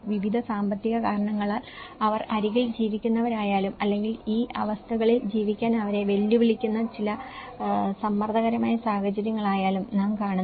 വിവിധ സാമ്പത്തിക കാരണങ്ങളാൽ അവർ അരികിൽ ജീവിക്കുന്നവരായാലും അല്ലെങ്കിൽ ഈ അവസ്ഥകളിൽ ജീവിക്കാൻ അവരെ വെല്ലുവിളിക്കുന്ന ചില സമ്മർദ്ദകരമായ സാഹചര്യങ്ങളായാലും നാം കാണുന്നത്